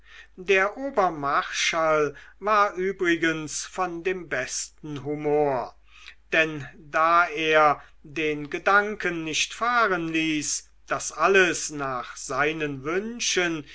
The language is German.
der obermarschall war übrigens von dem besten humor denn da er den gedanken nicht fahren ließ daß alles nach seinen wünschen